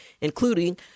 including